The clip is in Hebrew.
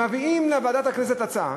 מביאים לוועדת הכנסת הצעה